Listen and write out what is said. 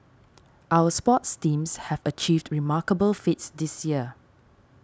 our sports teams have achieved remarkable feats this year